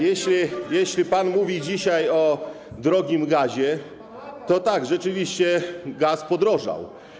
Jeśli pan mówi dzisiaj o drogim gazie, to tak, rzeczywiście gaz podrożał.